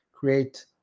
Create